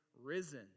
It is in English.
risen